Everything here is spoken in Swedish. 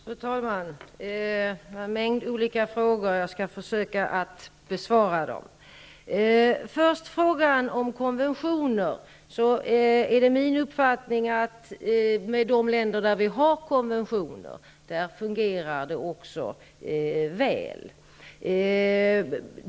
Fru talman! Det var en mängd olika frågor. Jag skall försöka att besvara dem. Det är min uppfattning att det fungerar väl i fråga om de länder som vi har konventioner med.